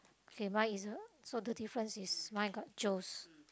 okay mine is so the difference is mine got Joe's